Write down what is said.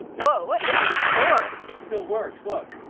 whoa, what is this for? it still works, look.